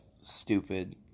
stupid